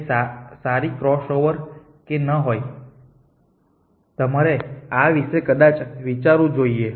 તે સારી ક્રોસઓવર હોય કે ન હોય તમારે આ વિશે કદાચ વિચારવું જોઈએ